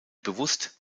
bewusst